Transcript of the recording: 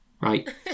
right